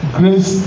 grace